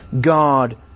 God